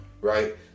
Right